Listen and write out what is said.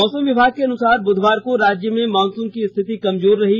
मौसम विभाग के अनुसार बुधवार को राज्य में मानसून की स्थिति कमजोर रही